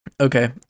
Okay